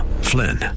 Flynn